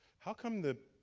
how come the?